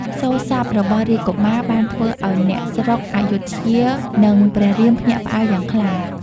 សូរស័ព្ទរបស់រាជកុមារ បានធ្វើឱ្យអ្នកស្រុកព្ធយុធ្យា និងព្រះរាមភ្ញាក់ផ្អើលយ៉ាងខ្លាំង។